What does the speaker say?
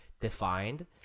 defined